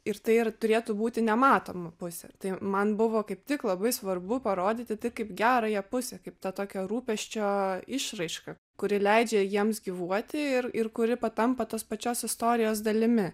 ir tai ir turėtų būti nematoma pusė tai man buvo kaip tik labai svarbu parodyti tai kaip gerąją pusę kaip tą tokią rūpesčio išraišką kuri leidžia jiems gyvuoti ir ir kuri tampa tos pačios istorijos dalimi